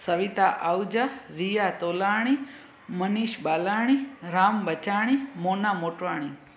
Savita Ahuja Riya Tolani Manish Balani Ram Bachani Mona Motwani